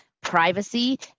privacy